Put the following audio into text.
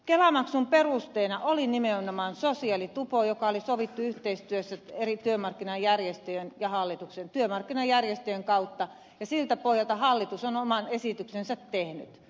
kelamaksun perusteena oli nimenomaan sosiaalitupo joka oli sovittu yhteistyössä eri työmarkkinajärjestöjen kautta ja siltä pohjalta hallitus on oman esityksensä tehnyt